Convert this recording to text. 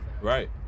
right